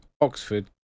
Oxford